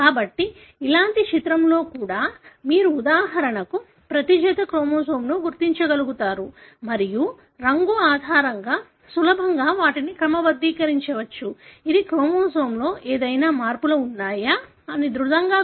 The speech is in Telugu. కాబట్టి ఇలాంటి చిత్రంలో కూడా మీరు ఉదాహరణకు ప్రతి జత క్రోమోజోమ్ని గుర్తించగలుగుతారు మరియు రంగు ఆధారంగా సులభంగా వాటిని క్రమబద్ధీకరించవచ్చు ఇది క్రోమోజోమ్లో ఏవైనా మార్పులు ఉన్నాయా అని దృఢంగా గుర్తించడంలో మాకు సహాయపడుతుంది